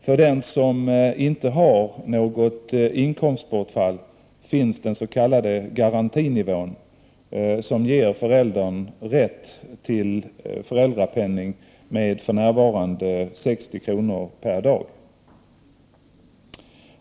För den som inte har något inkomstbortfall finns den s.k. garantinivån som ger föräldern rätt till föräldrapenning med för närvarande 60 kr. per dag.